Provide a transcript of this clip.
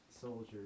soldiers